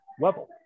level